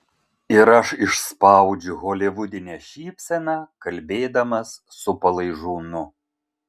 ir aš išspaudžiau holivudinę šypseną kalbėdamas su palaižūnu